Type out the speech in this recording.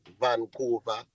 Vancouver